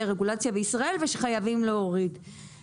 רגולציה בישראל ושחייבים להוריד את הרגולציה.